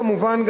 כמובן,